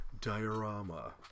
diorama